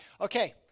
Okay